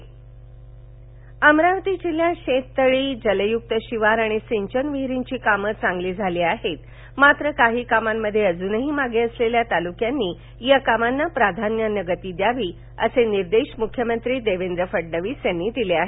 मख्यमंत्री आढावा बैठक अमरावती जिल्ह्यात शेततळी जलयुक्त शिवार आणि सिंचन विहिरीची कामं चांगली झाली आहेत मात्र काही कामांमध्ये अजूनही मागे असलेल्या तालुक्यांनी या कामांना प्राधान्यानं गती द्यावी असे निर्देश मुख्यमंत्री देवेंद्र फडणवीस यांनी दिले आहेत